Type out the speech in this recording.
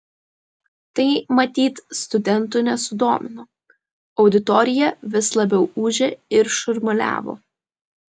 tai matyt studentų nesudomino auditorija vis labiau ūžė ir šurmuliavo